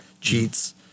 cheats